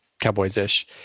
Cowboys-ish